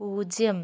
പൂജ്യം